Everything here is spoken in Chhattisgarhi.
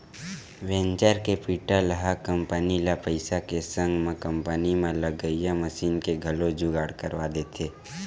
वेंचर केपिटल ह कंपनी ल पइसा के संग म कंपनी म लगइया मसीन के घलो जुगाड़ करवा देथे